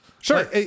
Sure